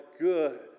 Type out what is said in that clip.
good